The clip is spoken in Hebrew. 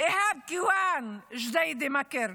איהאב קיואן מג'דיידה-מכר,